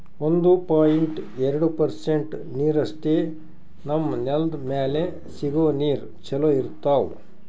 ಒಂದು ಪಾಯಿಂಟ್ ಎರಡು ಪರ್ಸೆಂಟ್ ನೀರಷ್ಟೇ ನಮ್ಮ್ ನೆಲ್ದ್ ಮ್ಯಾಲೆ ಸಿಗೋ ನೀರ್ ಚೊಲೋ ಇರ್ತಾವ